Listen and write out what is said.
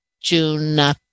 June